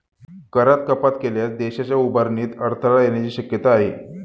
करात कपात केल्यास देशाच्या उभारणीत अडथळा येण्याची शक्यता आहे